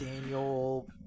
Daniel